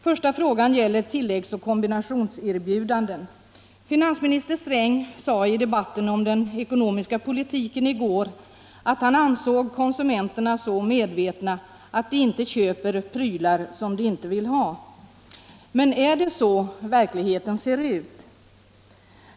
Första frågan gäller tilläggs och kombinationserbjudanden. Finansminister Sträng sade i debatten om den ekonomiska politiken i går att han ansåg konsumenterna så medvetna att de inte köper prylar som de inte vill ha. Men är det så verkligheten ser ut?